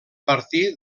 partir